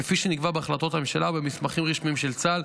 כפי שנקבע בהחלטת הממשלה ובמסמכים רשמיים של צה"ל,